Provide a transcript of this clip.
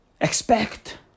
Expect